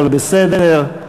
הכול בסדר.